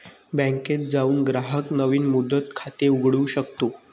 बँकेत जाऊन ग्राहक नवीन मुदत खाते उघडू शकतो